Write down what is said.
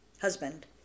husband